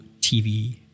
TV